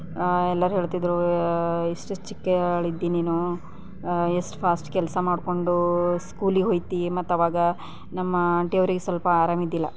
ಎಲ್ಲರೂ ಹೇಳತ್ತಿದ್ರು ಇಷ್ಟು ಚಿಕ್ಕವಳಿದ್ದಿ ನೀನು ಎಷ್ಟು ಫಾಸ್ಟ್ ಕೆಲಸ ಮಾಡಿಕೊಂಡು ಸ್ಕೂಲಿಗೆ ಹೋಗ್ತಿ ಮತ್ತವಾಗ ನಮ್ಮ ಆಂಟಿ ಅವ್ರಿಗೆ ಸ್ವಲ್ಪ ಆರಾಮಿದ್ದಿಲ್ಲ